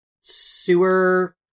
sewer